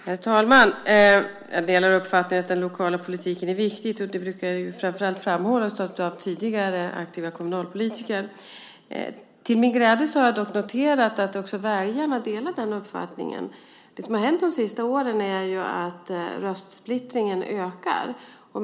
Herr talman! Jag delar uppfattningen att den lokala politiken är viktig. Det brukar framför allt framhållas av tidigare aktiva kommunalpolitiker. Till min glädje har jag dock noterat att också väljarna delar den uppfattningen. Det som har hänt de senaste åren är ju att röstsplittringen ökar.